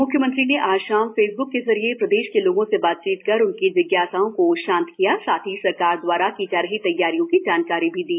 म्ख्यमंत्री ने आज शाम फेसब्क के जरिए प्रदेश के लोगों से बातचीत कर उनकी जिज्ञासाओं को शांत किया साथ ही सरकार दवारा की जा रही तैयारियों की जानकारी भी दी